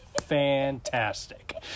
fantastic